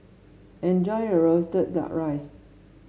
enjoy your roasted duck rice